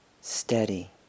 steady